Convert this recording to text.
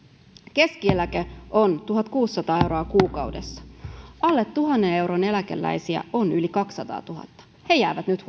keskieläke on tuhatkuusisataa euroa kuukaudessa alle tuhannen euron eläkeläisiä on yli kaksisataatuhatta he jäävät nyt